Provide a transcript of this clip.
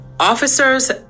Officers